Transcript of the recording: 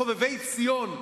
חובבי ציון,